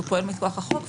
הוא פועל מכוח החוק.